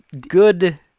good